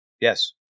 Yes